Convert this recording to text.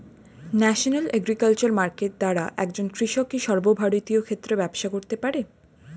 National agriculture market দ্বারা একজন কৃষক কি সর্বভারতীয় ক্ষেত্রে ব্যবসা করতে পারে?